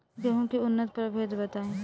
गेंहू के उन्नत प्रभेद बताई?